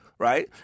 Right